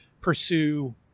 pursue